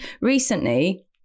recently